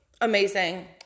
amazing